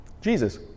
Jesus